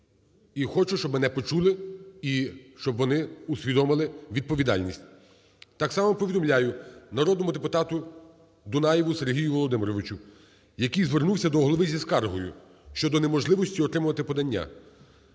І хочу, щоб мене почули і щоб вони усвідомили відповідальність. Так само повідомляю народному депутатуДунаєву Сергію Володимировичу, який звернувся до Голови зі скаргою щодо неможливості отримати подання,